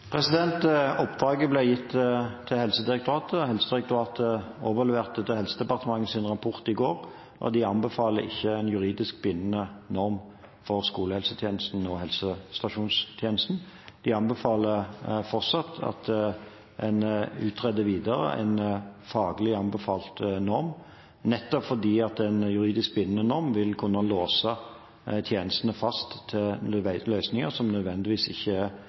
Oppdraget ble gitt til Helsedirektoratet, og Helsedirektoratet overleverte sin rapport til Helsedepartementet i går. De anbefaler ikke en juridisk bindende norm for skolehelsetjenesten og helsestasjonstjenesten. De anbefaler fortsatt at en utreder videre en faglig anbefalt norm, nettopp fordi en juridisk bindende norm vil kunne låse tjenestene fast til løsninger som ikke nødvendigvis er